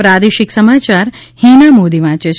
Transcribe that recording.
પ્રાદેશિક સમાચાર હિના મોદી વાંચ છે